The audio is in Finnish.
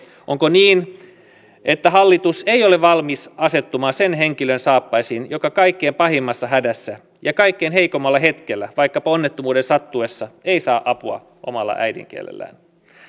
onko niin että hallitus ei ole valmis asettumaan sen henkilön saappaisiin joka kaikkein pahimmassa hädässä ja kaikkein heikoimmalla hetkellä vaikkapa onnettomuuden sattuessa ei saa apua omalla äidinkielellään